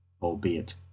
albeit